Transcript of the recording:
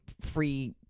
free